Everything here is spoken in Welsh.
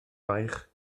baich